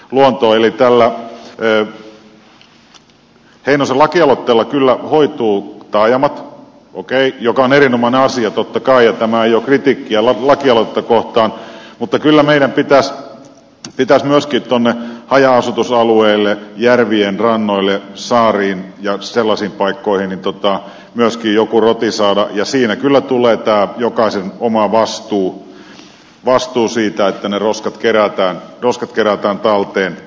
eli tällä heinosen lakialoitteella kyllä hoituvat taajamat okei mikä on erinomainen asia totta kai ja tämä ei ole kritiikkiä lakialoitetta kohtaan mutta kyllä meidän pitäisi myöskin tuonne haja asutusalueille järvien rannoille saariin ja sellaisiin paikkoihin myöskin joku roti saada ja siinä kyllä tulee tämä jokaisen oma vastuu siitä että ne roskat kerätään talteen